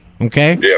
okay